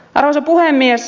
arvoisa puhemies